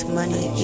money